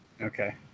Okay